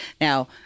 Now